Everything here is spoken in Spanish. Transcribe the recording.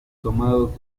tomados